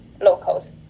locals